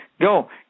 go